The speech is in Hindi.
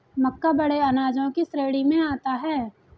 मक्का बड़े अनाजों की श्रेणी में आता है